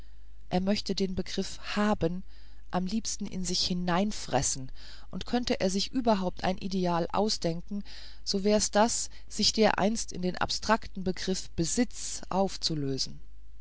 er möchte den begriff haben am liebsten in sich hineinfressen und könnte er sich überhaupt ein ideal ausdenken so wär's das sich dereinst in den abstrakten begriff besitz aufzulösen